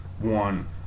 one